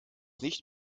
nicht